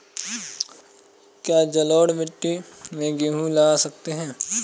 क्या जलोढ़ मिट्टी में गेहूँ लगा सकते हैं?